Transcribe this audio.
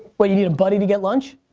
what you need a buddy to get lunch?